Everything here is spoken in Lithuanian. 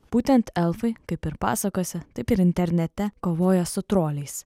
būtent elfai kaip ir pasakose taip ir internete kovoja su troliais